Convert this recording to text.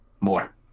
More